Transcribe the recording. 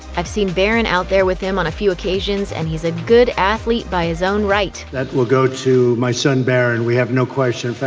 i've seen barron out there with him on a few occasions and he's a good athlete by his own right. that will go to my son barron, we have no question. in